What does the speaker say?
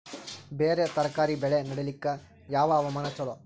ಬೇರ ತರಕಾರಿ ಬೆಳೆ ನಡಿಲಿಕ ಯಾವ ಹವಾಮಾನ ಚಲೋ?